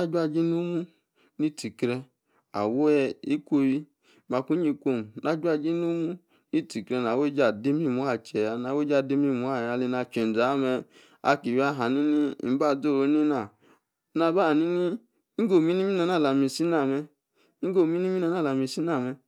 ajujie nonu ni-tie-kreh, awi, ikwo-owi, makuyi-ikwo, na, jua-jie nomu, ni-tie-kreh na awi-ejie adimima elieya ejie ade, imimueya aleni ache-ze ah mem, aki iwi ahami-ni mba zo-oru, enena, na-ba hami-ni, inggo, ominimi alah mi isi na mem, inggo-ommimi ala, mem sina.